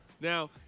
Now